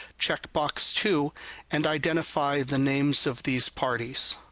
check box two and identify the names of these parties.